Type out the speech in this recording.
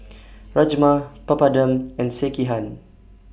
Rajma Papadum and Sekihan